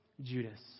Judas